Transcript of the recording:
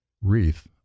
wreath